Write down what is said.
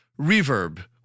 reverb